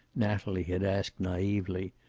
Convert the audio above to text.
natalie had asked naively,